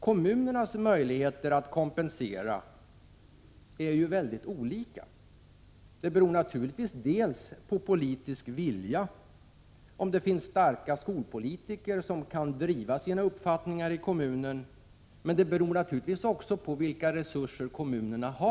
Kommunernas möjligheter att kompensera är ju väldigt olika. De beror naturligtvis till en del på politisk vilja, på om det finns starka skolpolitiker som kan driva sina uppfattningar i kommunen. Men de beror självfallet också på vilka resurser kommunerna har.